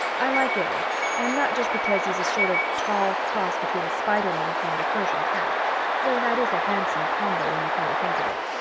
i like illy and not just because he is a sort of tall cross between a spider monkey and a persian cat though that is a handsome combo when you come to think of it.